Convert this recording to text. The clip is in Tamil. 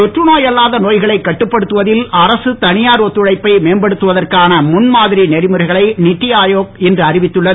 தொற்றுநோய் அல்லாத நோய்களை கட்டுப்படுத்துவதில் அரசு தனியார் ஒத்துழைப்பை மேம்படுத்துவதற்கான முன்மாதிரி நெறிமுறைகளை நித்தி ஆயோக் இன்று அறிவித்துள்ளது